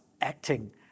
acting